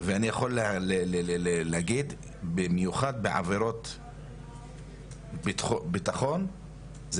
ואני יכול להגיד, במיוחד בעבירות ביטחוניות, זה